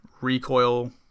recoil